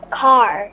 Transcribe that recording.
car